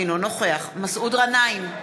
אינו נוכח מסעוד גנאים,